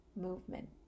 movement